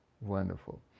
wonderful